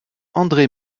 andré